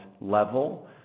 level